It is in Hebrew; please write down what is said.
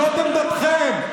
זאת עמדתכם.